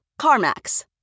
CarMax